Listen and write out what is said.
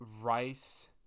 rice